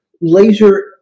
laser